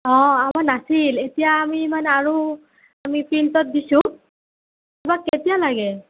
অ আৰু নাছিল এতিয়া আমি মানে আৰু আমি প্ৰিণ্টত দিছোঁ তোমাক কেতিয়া লাগে